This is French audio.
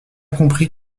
compris